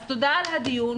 אז תודה על הדיון,